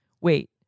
Wait